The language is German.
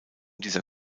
dieser